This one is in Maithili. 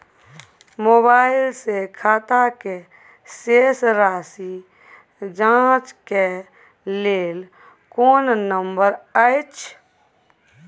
मोबाइल से खाता के शेस राशि जाँच के लेल कोई नंबर अएछ?